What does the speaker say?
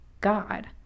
God